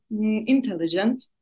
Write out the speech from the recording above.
intelligent